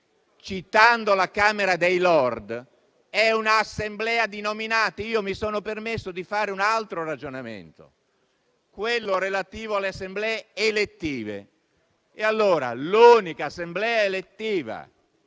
la Camera dei Lord è un'assemblea di nominati. Mi sono permesso di fare un altro ragionamento, relativo alle assemblee elettive. E allora c'è un'unica assemblea elettiva,